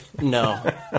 No